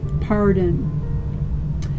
pardon